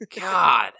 God